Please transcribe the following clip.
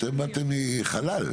אתם באתם מהחלל?